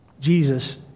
Jesus